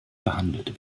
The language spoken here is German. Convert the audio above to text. behandelt